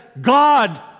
God